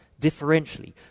differentially